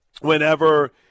whenever